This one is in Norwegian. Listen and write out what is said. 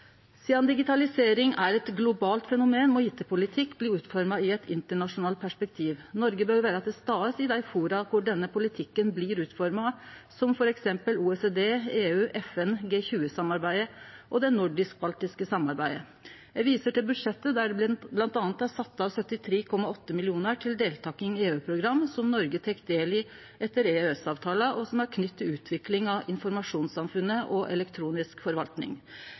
Sidan digitalisering er eit globalt fenomen, må IT-politikk bli utforma i eit internasjonalt perspektiv. Noreg bør vere til stades i dei foruma kor denne politikken blir utforma, som f.eks. OECD, EU, FN, G20-samarbeidet og det nordisk–baltiske samarbeidet. Eg viser til budsjettet, der det bl.a. er sett av 73,8 mill. kr til deltaking i EU-program som Noreg tek del i etter EØS-avtala, og som er knytte til utviklinga av informasjonssamfunnet og elektronisk forvaltning.